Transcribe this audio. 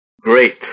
Great